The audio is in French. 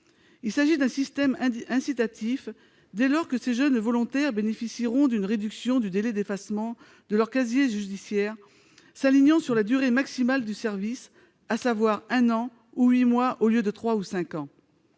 Il s'agit d'un système incitatif, dès lors que ces jeunes volontaires bénéficieront d'une réduction du délai d'effacement de leur casier judiciaire, s'alignant sur la durée maximale du service, à savoir un an ou huit mois, au lieu de trois ou cinq ans.